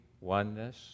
oneness